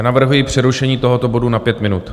Navrhuji přerušení tohoto bodu na pět minut.